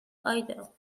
adele